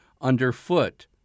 underfoot